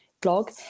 blog